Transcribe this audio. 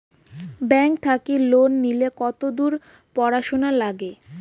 Bank থাকি loan নিলে কতদূর পড়াশুনা নাগে?